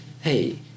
hey